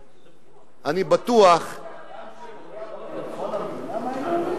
אם, ביטחון המדינה, מה היינו אומרים?